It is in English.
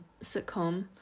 sitcom